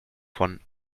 von